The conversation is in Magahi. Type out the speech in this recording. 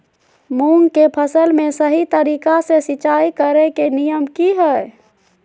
मूंग के फसल में सही तरीका से सिंचाई करें के नियम की हय?